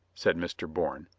said mr. bourne.